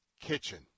kitchen